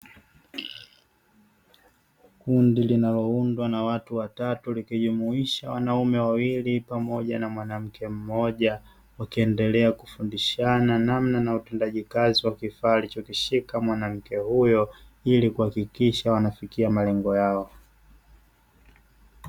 Kundi linaloundwa na watu watatu likijumuisha wanaume wawili pamoja na mwanamke mmoja, wakiendelea kufundishana namna na utendaji kazi wa kifaa alichokishika mwanamke huyo ili kuhakikisha wanafikia malengo yao.